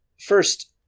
First